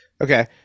Okay